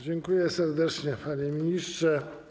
Dziękuję serdecznie, panie ministrze.